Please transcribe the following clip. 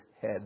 head